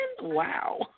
Wow